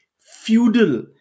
feudal